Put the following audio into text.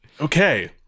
okay